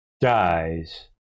dies